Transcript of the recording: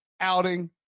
outing